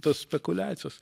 tos spekuliacijos